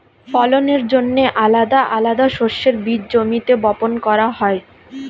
ফলনের জন্যে আলাদা আলাদা শস্যের বীজ জমিতে বপন করা হয়